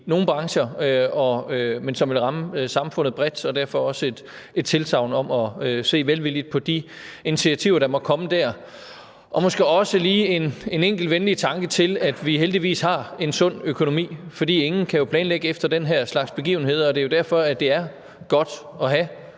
nogle brancher, men som vil ramme samfundet bredt – derfor vil jeg også give et tilsagn om at se velvilligt på de initiativer, der måtte komme på det område, og måske også lige sende en enkelt venlig tanke til, at vi heldigvis har en sund økonomi. For ingen kan jo planlægge efter den her slags begivenheder, og det er jo derfor, at det er godt at have